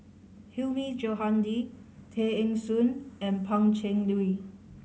Hilmi Johandi Tay Eng Soon and Pan Cheng Lui